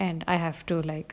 and I have to like